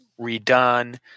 redone